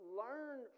learn